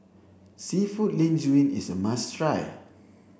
seafood Linguine is a must try